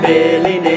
Billy